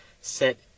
set